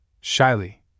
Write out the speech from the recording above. shyly